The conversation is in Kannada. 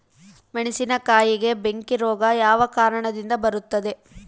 ಮೆಣಸಿನಕಾಯಿಗೆ ಬೆಂಕಿ ರೋಗ ಯಾವ ಕಾರಣದಿಂದ ಬರುತ್ತದೆ?